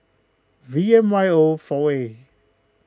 V M Y O four A